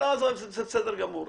זה בסדר גמור.